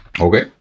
Okay